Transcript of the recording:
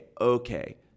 okay